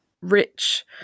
rich